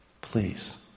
please